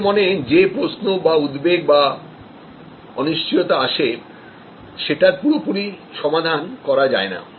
গ্রাহকদের মনে যে প্রশ্ন বা উদ্বেগ বা অনিশ্চয়তায় আসে সেটার পুরোপুরি সমাধান করা যায় না